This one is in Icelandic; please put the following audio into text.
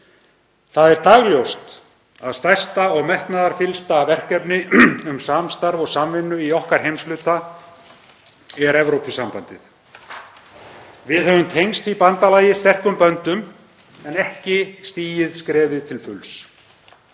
Það er dagljóst að stærsta og metnaðarfyllsta verkefnið um samstarf og samvinnu í okkar heimshluta er Evrópusambandið. Við höfum tengst því bandalagi sterkum böndum en ekki stigið skrefið til fulls.